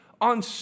on